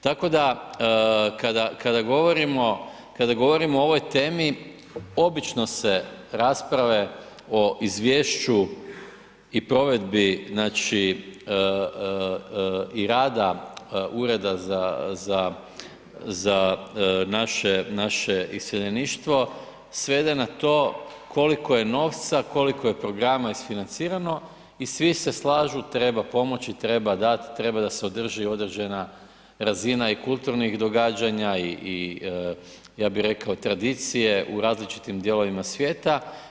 Tako da kada govorimo o ovoj temi obično se rasprave o izvješću i provedbi znači i rada Ureda za naše iseljeništvo svede na to koliko je novca, koliko je programa isfinancirano i svi se slažu treba pomoći, treba dati, treba da se održi određena razina i kulturnih događanja i ja bih rekao i tradicije u različitim dijelovima svijeta.